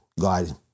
god